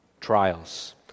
trials